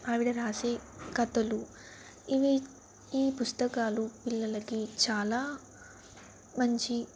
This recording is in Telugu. ఆవిడ వ్రాసే కథలు ఇవి ఈ పుస్తకాలు పిల్లలకి చాలా మంచి